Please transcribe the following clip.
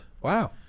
Wow